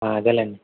అదేలేండి